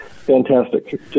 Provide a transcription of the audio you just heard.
Fantastic